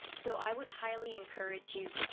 so i would highly encourage you,